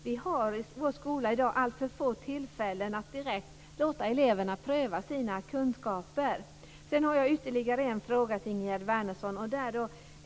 Vi har i vår skola i dag alltför få tillfällen att direkt låta eleverna pröva sina kunskaper. Jag har ytterligare en fråga till Ingegerd Wärnersson.